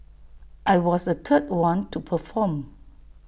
I was the third one to perform